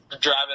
driving